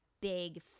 big